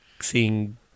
seeing